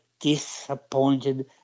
disappointed